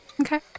Okay